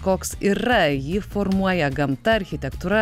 koks yra jį formuoja gamta architektūra